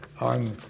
On